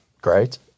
great